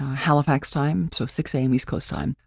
halifax time. so six am east coast time,